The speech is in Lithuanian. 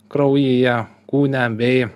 kraujyje kūne bei